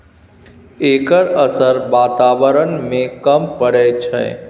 एकर असर बाताबरण में कम परय छै